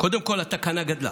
קודם כול התקנה גדלה,